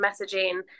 messaging